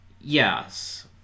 Yes